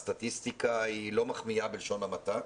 הסטטיסטיקה היא לא מחמיאה בלשון המעטה.